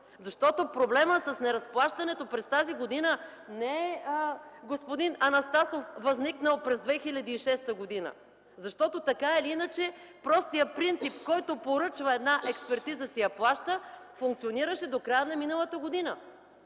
Защото проблемът с неразплащането през тази година не е, господин Анастасов, възникнал през 2006 г., а защото, така или иначе, простият принцип: който поръчва една експертиза – си я плаща, функционираше до края на миналата година.